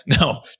No